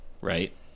right